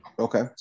Okay